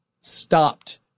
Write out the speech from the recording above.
stopped